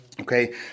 Okay